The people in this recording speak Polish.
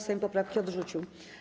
Sejm poprawki odrzucił.